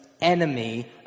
enemy